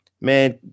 man